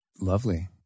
Lovely